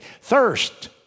Thirst